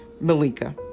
Malika